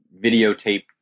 videotaped